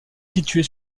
située